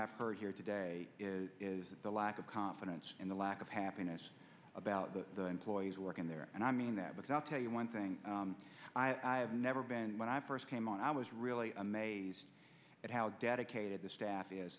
i've heard here today is the lack of confidence in the lack of happiness about the employees working there and i mean that because i'll tell you one thing i have never been when i first came on i was really amazed at how dedicated the staff